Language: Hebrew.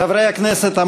חברי הכנסת,